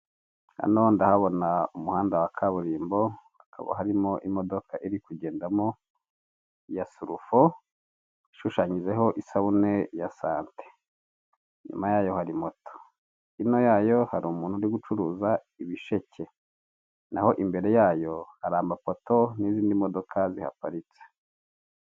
Hano ndahabona umuhanda wa kaburimbo, hakaba harimo imodoka iri kugendamo ya surufo, ishushanyijeho isabune ya sante, inyuma yayo hari moto, hino yayo hari umuntu uri gucuruza ibisheke, naho imbere yayo hari amapoto n'izindi modoka zihaparitse.